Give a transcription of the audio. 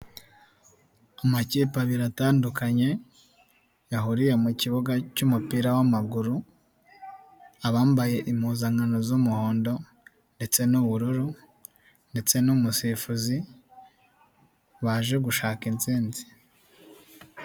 Amakipe abiri atandukanye, yahuriye mu kibuga cy'umupira w'amaguru, abambaye impuzankano z'umuhondo ndetse n'ubururu ndetse n'umusifuzi, baje gushaka intsinzi.